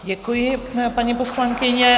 Děkuji, paní poslankyně.